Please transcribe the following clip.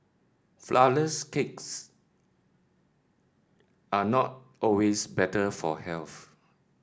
flourless cakes are not always better for health